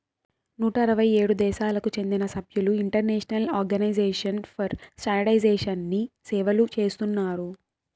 నూట అరవై ఏడు దేశాలకు చెందిన సభ్యులు ఇంటర్నేషనల్ ఆర్గనైజేషన్ ఫర్ స్టాండర్డయిజేషన్ని సేవలు చేస్తున్నారు